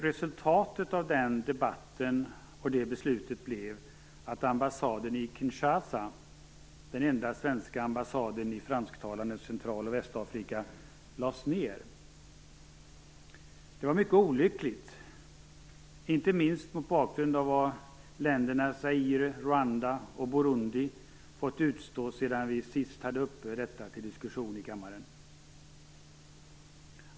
Resultatet av den debatten och det beslutet blev att ambassaden i Kinshasa, den enda svenska ambassaden i fransktalande Central och Västafrika, lades ned. Det var mycket olyckligt, inte minst mot bakgrund av vad länderna Zaire, Rwanda och Burundi fått utstå sedan vi sist hade frågan uppe till diskussion i kammaren.